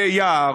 או ביער,